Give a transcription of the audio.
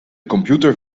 computer